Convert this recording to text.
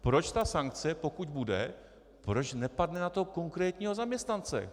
Proč ta sankce, pokud bude, proč nepadne na toho konkrétního zaměstnance?